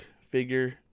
figure